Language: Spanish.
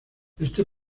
este